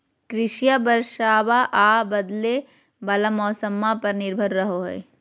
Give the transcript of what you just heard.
कृषिया बरसाबा आ बदले वाला मौसम्मा पर निर्भर रहो हई